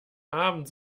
abend